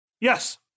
Yes